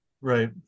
Right